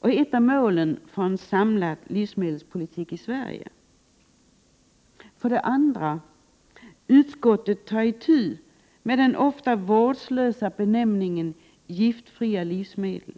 och ett av målen för en samlad livsmedelspolitik i Sverige. För det andra: Utskottet tar itu med den ofta vårdslösa benämningen ”giftfria livsmedel”.